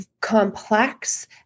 Complex